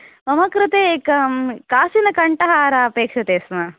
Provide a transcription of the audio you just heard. मम कृते एकं कासिनकण्टहारः अपेक्षते स्म